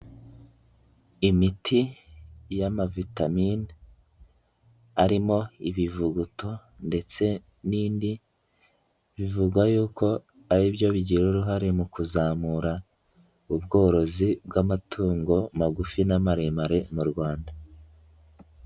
Imiti y'amavitamine arimo ibivuguto ndetse n'indi bivugwa yuko ari byo bigira uruhare mu kuzamura ubworozi bw'amatungo magufi n'amaremare mu Rwanda.